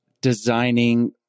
designing